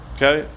Okay